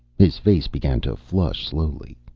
his face began to flush slowly.